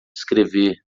escrever